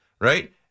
right